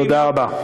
תודה רבה.